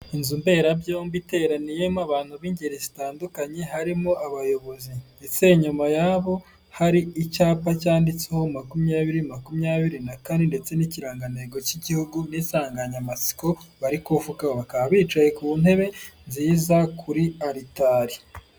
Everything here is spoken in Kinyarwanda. Inzu mberabyombi iteraniyemo abantu b'ingeri zitandukanye harimo abayobozi ndetse inyuma y'abo hari icyapa cyanditseho makumyabiri, makumyabiri na kane ndetse n'ikirangantego cy'igihugu n'insanganyamatsiko bari kuvugaho, bakaba bicaye ku ntebe nziza kuri alitari.